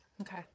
Okay